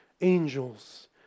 Angels